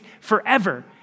forever